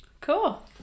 cool